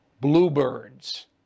Bluebirds